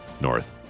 North